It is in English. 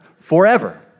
forever